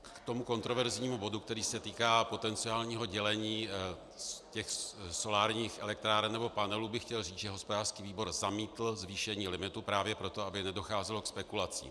K tomu kontroverznímu bodu, který se týká potenciálního dělení solárních elektráren nebo panelů, bych chtěl říct, že hospodářský výbor zamítl zvýšení limitu právě proto, aby nedocházelo ke spekulacím.